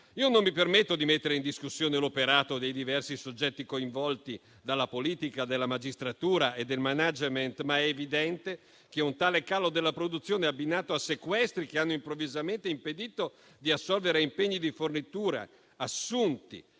Non mi permetto di mettere in discussione l'operato dei diversi soggetti coinvolti dalla politica, dalla magistratura e dal *management*, ma è evidente che un tale calo della produzione, abbinato a sequestri che hanno improvvisamente impedito di assolvere impegni di fornitura assunti